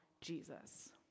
Jesus